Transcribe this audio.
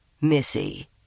Missy